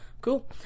cool